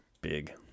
big